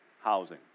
housing